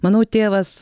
manau tėvas